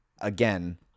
again